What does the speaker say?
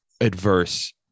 adverse